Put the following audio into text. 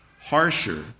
harsher